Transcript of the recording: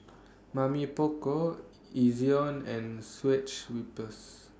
Mamy Poko Ezion and switch